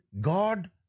God